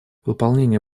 выполнение